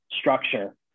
structure